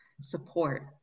support